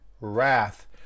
wrath